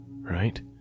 right